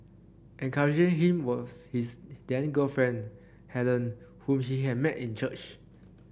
encouraging him was his then girlfriend Helen whom he had met in church